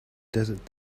desert